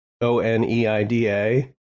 O-N-E-I-D-A